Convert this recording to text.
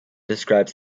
describes